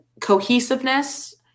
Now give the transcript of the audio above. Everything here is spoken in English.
cohesiveness